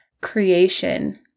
creation